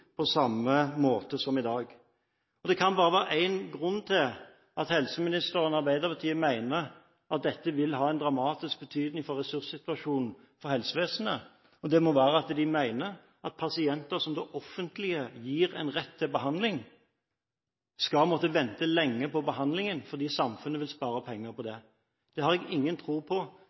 på samme måte som i dag. Det kan bare være én grunn til at helseministeren og Arbeiderpartiet mener at dette vil ha en dramatisk betydning for ressurssituasjonen for helsevesenet. Det må være at de mener at pasienter som det offentlige gir den rette behandlingen, skal måtte vente lenge på behandlingen fordi samfunnet vil spare penger på det. Det har jeg ingen tro på.